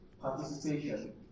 participation